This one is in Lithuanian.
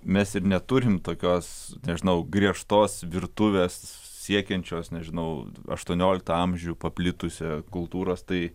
mes ir neturim tokios dažnai griežtos virtuvės siekiančios nežinau aštuonioliktą amžių paplitusią kultūros tai